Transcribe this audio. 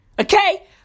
Okay